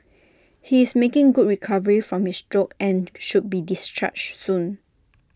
he is making good recovery from his stroke and should be discharged soon